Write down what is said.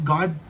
God